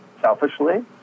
Selfishly